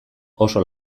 oso